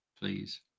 please